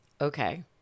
okay